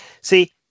See